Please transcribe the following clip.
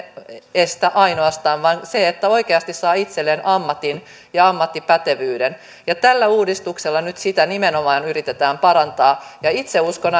estä ainoastaan vaan se että oikeasti saa itselleen ammatin ja ammattipätevyyden tällä uudistuksella nyt sitä nimenomaan yritetään parantaa ja ainakin itse uskon